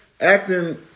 acting